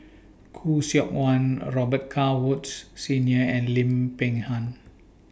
Khoo Seok Wan Robet Carr Woods Senior and Lim Peng Han